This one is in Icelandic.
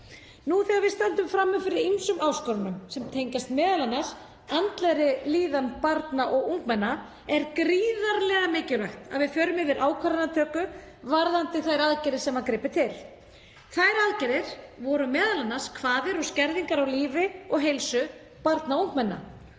Nú þegar við stöndum frammi fyrir ýmsum áskorunum sem tengjast m.a. andlegri líðan barna og ungmenna er gríðarlega mikilvægt að við förum yfir ákvarðanatöku varðandi þær aðgerðir sem var gripið til. Þær aðgerðir voru m.a. kvaðir og skerðingar á lífi og heilsu barna og ungmenna.